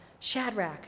Shadrach